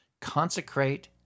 Consecrate